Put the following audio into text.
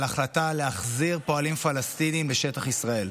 ההחלטה להחזיר פועלים פלסטינים לשטח ישראל.